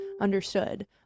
understood